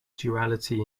duality